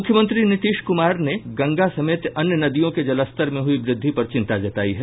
मुख्यमंत्री नीतीश कुमार ने गंगा समेत अन्य नदियों के जलस्तर में हयी वृद्धि पर चिंता जतायी है